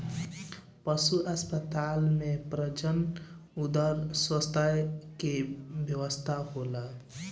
पशु अस्पताल में प्रजनन अउर स्वास्थ्य के व्यवस्था होला